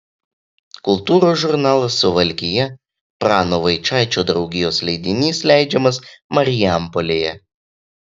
kultūros žurnalas suvalkija prano vaičaičio draugijos leidinys leidžiamas marijampolėje